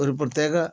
ഒരു പ്രത്യേക